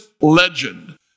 legend